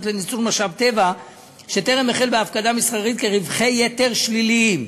לניצול משאב טבע שטרם החל בהפקה מסחרית רווחי יתר שליליים.